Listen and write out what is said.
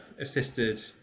Assisted